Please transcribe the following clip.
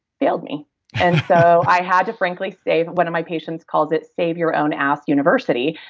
failed me and so i had to frankly save, one of my patients calls it save your own ass university.